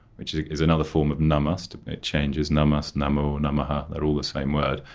which is another form of namast it changes namas, namo, namaha, they're all the same word.